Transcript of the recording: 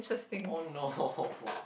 oh no